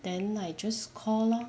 then I just call lor